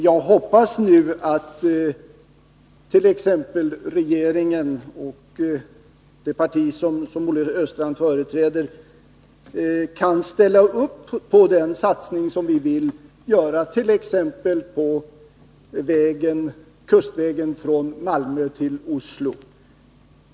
Jag hoppas nu att t.ex. regeringen och det parti som Olle Östrand företräder kan ställa upp för den satsning som vi vill göra på exempelvis kustvägen från Malmö till Oslo.